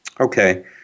Okay